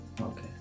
okay